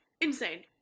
insane